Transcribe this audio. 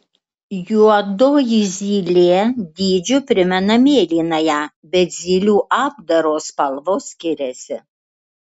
juodoji zylė dydžiu primena mėlynąją bet zylių apdaro spalvos skiriasi